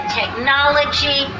technology